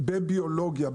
בביולוגיה,